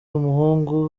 umuhungu